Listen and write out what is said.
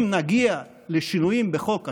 אם נגיע לשינויים בחוק השבות,